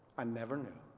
i never knew.